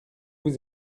vous